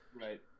Right